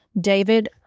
David